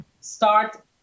start